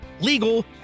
legal